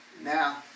Now